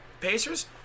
Pacers